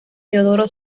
teodoro